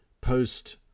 post